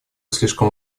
слишком